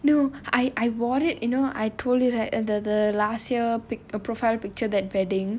no I I wore it you know I told her at the the last year pic~ uh profile picture that wedding